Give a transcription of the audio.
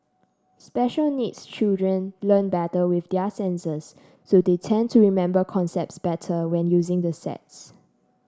special needs children learn better with their senses so they tend to remember concepts better when using the sets